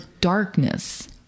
darkness